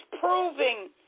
proving